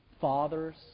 fathers